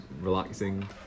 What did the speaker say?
relaxing